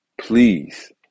Please